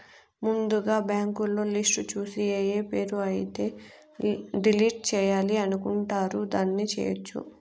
ముందుగా బ్యాంకులో లిస్టు చూసి ఏఏ పేరు అయితే డిలీట్ చేయాలి అనుకుంటారు దాన్ని చేయొచ్చు